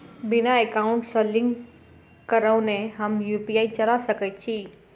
बिना एकाउंट सँ लिंक करौने हम यु.पी.आई चला सकैत छी?